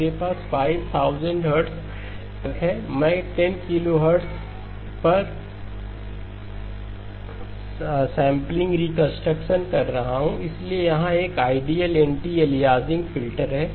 मेरे पास 5000 हर्ट्ज तक हैं मैं 10 किलोहर्ट्ज़ पर 10 किलोहर्ट्ज़ सैंपलिंग रिकंस्ट्रक्शन कर रहा हूं इसलिए यहां एक आइडियल एंटी एलियासिंग फिल्टर है